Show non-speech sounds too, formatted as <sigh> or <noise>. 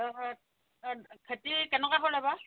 হয় হয় <unintelligible> খেতি কেনেকুৱা হ'লে এইবাৰ